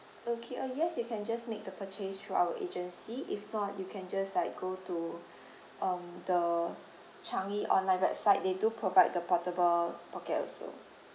okay uh yes you can just make the purchase through our agency if not you can just like go to um the changi online website they do provide the portable pocket also